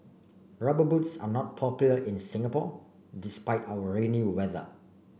rubber boots are not popular in Singapore despite our rainy weather